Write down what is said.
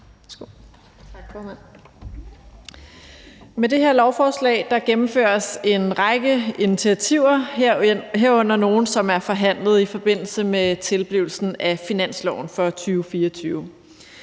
Med det her lovforslag gennemføres en række initiativer, herunder nogle, som er forhandlet i forbindelse med tilblivelsen af finansloven for 2024.